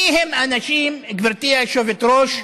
מיהם האנשים, גברתי היושבת-ראש,